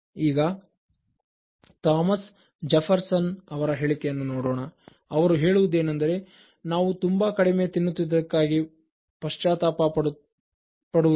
ಈಗ Thomas Jefferson "Thomas Jefferson" ಅವರ ಹೇಳಿಕೆಯನ್ನು ನೋಡೋಣ ಅವರು ಹೇಳುವುದೇನೆಂದರೆ ನಾವು ತುಂಬಾ ಕಡಿಮೆ ತಿನ್ನುತ್ತಿದ್ದಕ್ಕಾಗಿ ಪಶ್ಚಾತ್ತಾಪ ಪಡುವುದಿಲ್ಲ